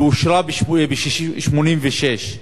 ואושרה ב-1986,